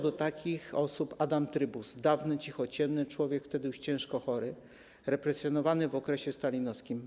Do takich osób należał Adam Trybus, dawny cichociemny, człowiek wtedy już ciężko chory, represjonowany w okresie stalinowskim.